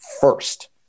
first